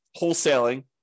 wholesaling